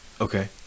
Okay